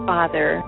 Father